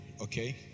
okay